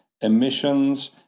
emissions